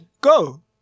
Go